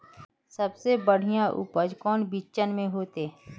सबसे बढ़िया उपज कौन बिचन में होते?